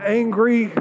angry